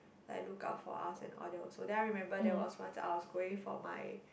like look out for us and all that also then I remember there was once I was going for my